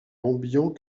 ambiant